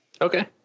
Okay